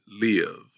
live